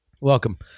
Welcome